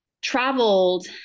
traveled